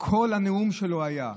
כל הנאום שלו היה,